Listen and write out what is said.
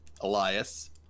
Elias